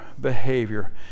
behavior